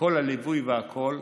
וכל הליווי והכול,